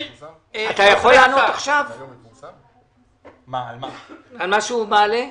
אתה יכול לענות עכשיו על מה שהוא מעלה?